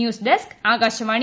news desk Akashvani